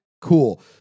Cool